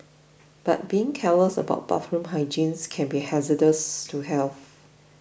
but being careless about bathroom hygiene can be hazardous to health